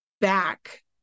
back